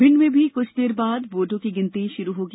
भिंड में भी कुछ देर बाद वोटों की गिनती शुरू होगी